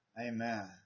Amen